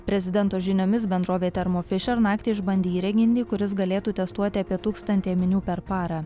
prezidento žiniomis bendrovė termofischer naktį išbandė įrenginį kuris galėtų testuoti apie tūkstantį ėminių per parą